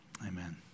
Amen